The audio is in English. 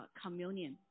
communion